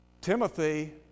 Timothy